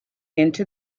into